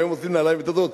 היום עושים נעליים טובות,